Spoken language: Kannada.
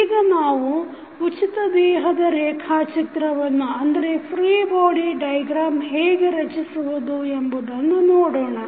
ಈಗ ನಾವು ಉಚಿತ ದೇಹದ ರೇಖಾಚಿತ್ರವನ್ನು ಹೇಗೆ ರಚಿಸಬಹುದು ಎಂಬುದನ್ನು ನೋಡೋಣ